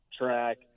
track